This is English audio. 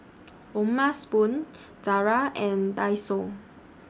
O'ma Spoon Zara and Daiso